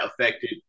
affected